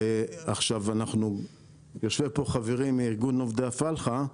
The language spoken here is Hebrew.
עכשיו יושב פה חברי מארגון עובדי הפלחה,